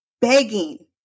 begging